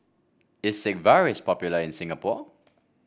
is Sigvaris popular in Singapore